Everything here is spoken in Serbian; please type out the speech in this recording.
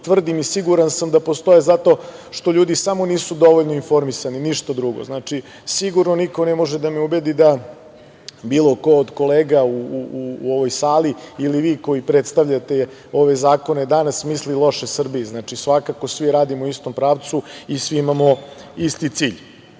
tvrdim i siguran sam da postoje zato što ljudi samo nisu dovoljno informisani, ništa drugo. Znači, sigurno niko ne može da me ubedi da bilo ko od kolega u ovoj sali ili vi koji predstavljate ove zakone danas misli loše Srbiji, svakako svi radimo u istom pravcu i svi imamo isti cilj. Ono